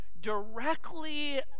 directly